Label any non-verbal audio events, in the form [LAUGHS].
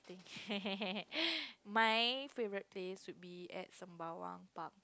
[LAUGHS] my favorite place would be at Sembawang Park